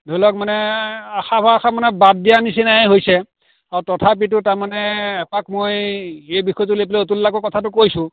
ধৰি লওক মানে আশা ভৰষা মানে বাদ দিয়াই নিচিনা হৈছে অঁ তথাপিতো তাৰমানে এপাক মই এই বিষয়টো লৈ পেলাই অতুল দাকো কথাটো কৈছোঁ